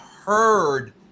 heard